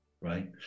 right